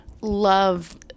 love